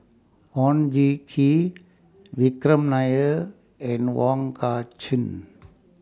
Oon Jin Gee Vikram Nair and Wong Kah Chun